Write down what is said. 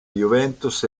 juventus